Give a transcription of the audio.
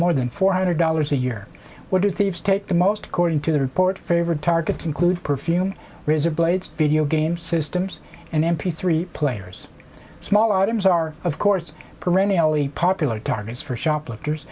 more than four hundred dollars a year what do thieves take the most according to the report favored targets include perfume razor blades video game systems and m p three players small items are of course perennially popular targets for shoplifters